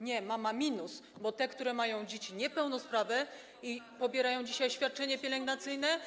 Nie, mama minus, bo te matki, które mają dzieci niepełnosprawne, pobierają dzisiaj świadczenie pielęgnacyjne.